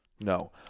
No